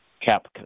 cap